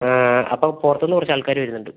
അപ്പം പുറത്തുനിന്ന് കുറച്ച് ആൾക്കാർ വരുന്നുണ്ട്